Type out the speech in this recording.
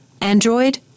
Android